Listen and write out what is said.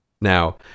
Now